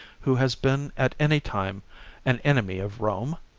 who has been at any time an enemy of rome?